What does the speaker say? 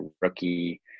rookie